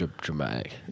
dramatic